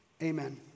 amen